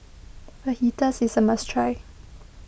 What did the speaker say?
Fajitas is a must try